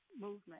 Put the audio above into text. movement